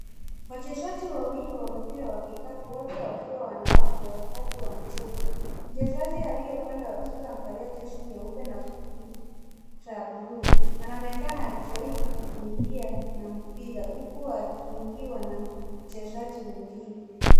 Wachezaji wawili wa mpira wa kikapu, wote wakiwa wanawake wakati wa mchezo. Mchezaji aliye upande wa kushoto amevalia jezi nyeupe na fupi za blue anaonekana akijaribu kukimbia na mpira huku akiingiwa na mchezaji mwingine.